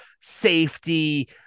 safety